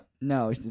No